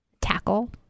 tackle